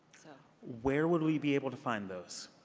so where would we be able to find those?